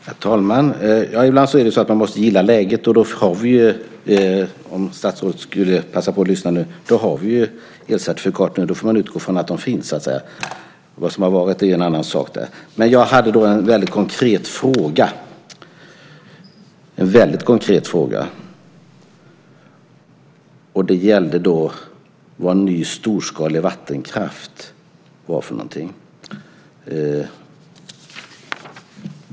Herr talman! Ibland måste man gilla läget. Då har vi elcertifikaten. Då får man utgå från att de finns - så att säga. Vad som har varit är en annan sak. Jag har en konkret fråga. Vad är ny storskalig vattenkraft?